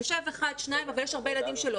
יושב אחד, שניים, אבל יש הרבה ילדים שלא.